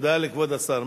תודה לכבוד השר.